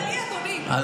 לא,